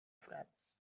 freds